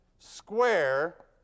square